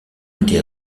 était